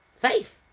faith